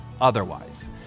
otherwise